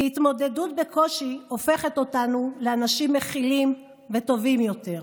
כי התמודדות עם הקושי הופכת אותנו לאנשים מכילים וטובים יותר.